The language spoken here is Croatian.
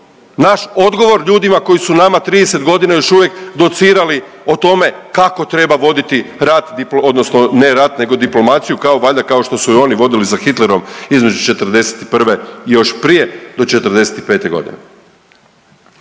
Naš odgovor ljudima koji su nama 30 godina još uvijek docirali o tome kako treba voditi rat, odnosno ne rat nego diplomaciju kao valjda kao što su je oni vodili sa Hitlerom između '41. i još prije do '45. g.